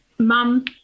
Mum